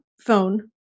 phone